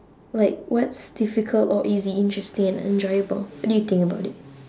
like what's difficult or is it interesting and enjoyable what do you think about it